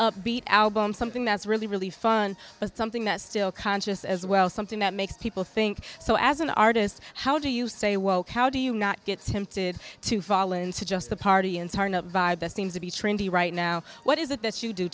upbeat album something that's really really fun but something that's still conscious as well something that makes people think so as an artist how do you say well how do you not get symptoms to fall into just the party and start up vibe that seems to be trendy right now what is it that you do